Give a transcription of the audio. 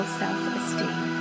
self-esteem